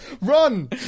Run